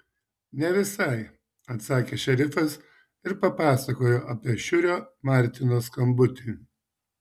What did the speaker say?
ne visai atsakė šerifas ir papasakojo apie šiurio martino skambutį